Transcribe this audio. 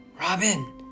robin